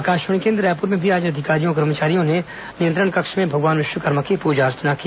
आकाशवाणी केंद्र रायपुर में भी आज अधिकारियों कर्मचारियों ने नियंत्रण कक्ष में भगवान विश्वकर्मा की पूजा अर्चना की